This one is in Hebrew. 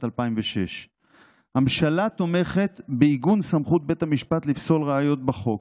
2006. הממשלה תומכת בעיגון סמכות בית המשפט לפסול ראיות בחוק.